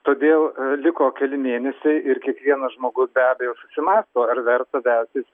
todėl liko keli mėnesiai ir kiekvienas žmogus be abejo susimąsto ar verta veltis